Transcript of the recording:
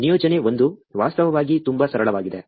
ನಿಯೋಜನೆ 1 ವಾಸ್ತವವಾಗಿ ತುಂಬಾ ಸರಳವಾಗಿದೆ